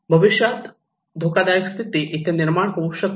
भविष्यात धोका दायक स्थिती इथे निर्माण होऊ शकते